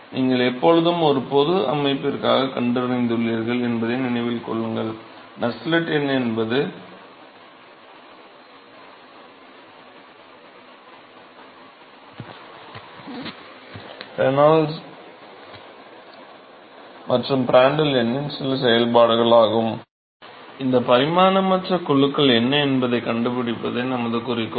நீங்கள் எப்பொழுதும் ஒரு பொது அமைப்பிற்காகக் கண்டறிந்துள்ளீர்கள் என்பதை நினைவில் கொள்ளுங்கள் இந்த பரிமாணமற்ற குழுக்கள் என்ன என்பதைக் கண்டுபிடிப்பதே நமது குறிக்கோள்